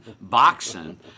boxing